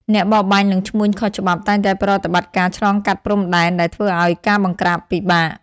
អ្នកបរបាញ់ និងឈ្មួញខុសច្បាប់តែងតែប្រតិបត្តិការឆ្លងកាត់ព្រំដែន ដែលធ្វើឲ្យការបង្ក្រាបពិបាក។